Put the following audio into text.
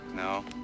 No